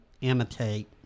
imitate